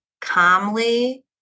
calmly